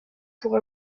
pour